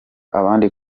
abandi